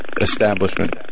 establishment